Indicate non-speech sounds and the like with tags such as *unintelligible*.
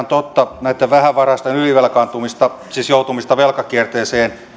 *unintelligible* totta näitten vähävaraisten ylivelkaantumista siis joutumista velkakierteeseen